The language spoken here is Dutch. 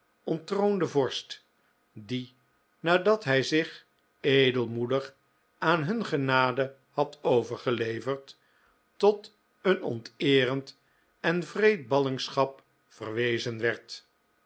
onttroonden vorst die nadat hij zich edelmoedig aan hun genade had overgeleverd tot een onteerend en wreed ballingschap verwezen werd